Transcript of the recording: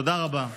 תודה רבה.